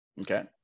okay